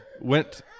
went